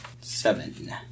Seven